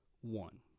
One